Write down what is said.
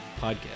podcast